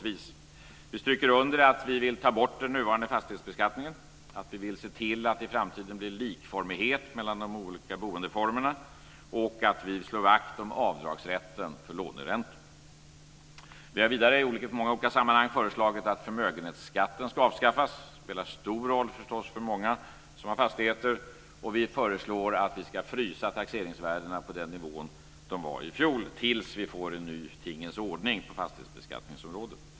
Vi stryker under att vi vill ta bort den nuvarande fastighetsbeskattningen, att vi vill se till att det i framtiden blir likformighet mellan de olika boendeformerna och att vi vill slå vakt om avdragsrätten för låneräntor. Vi har vidare i många olika sammanhang föreslagit att förmögenhetsskatten ska avskaffas. Det spelar stor roll för många som har fastigheter. Vi föreslår att vi ska frysa taxeringsvärdena på fjolårets nivå tills vi får en ny tingens ordning på fastighetsbeskattningsområdet.